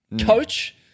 coach